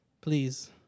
please